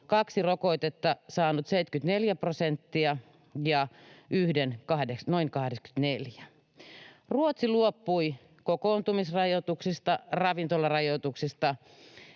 kaksi rokotetta saanut 74 prosenttia ja yhden noin 84. Ruotsi luopui kokoontumisrajoituksista, ravintolarajoituksista